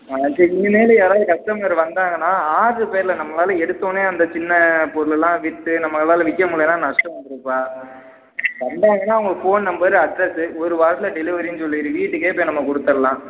ஆ சரி இனிமேல் யாராவது கஸ்டமர் வந்தாங்கன்னால் ஆர்டரு பேரில் நம்மளால் எடுத்தவொடன்னே அந்த சின்னப் பொருளெல்லாம் விற்று நம்மளால் அதை விற்க முடியலைன்னா நஷ்டம் வந்துடும்பா வந்தாங்கன்னால் அவங்க ஃபோன் நம்பரு அட்ரஸ்ஸு ஒரு வாரத்தில் டெலிவரின்னு சொல்லிடு வீட்டுக்கே போய் நம்ம கொடுத்துறலாம்